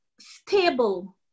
stable